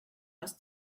was